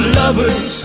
lovers